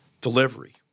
delivery